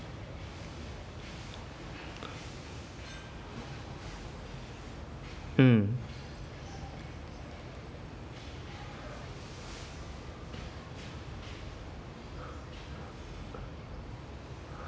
mm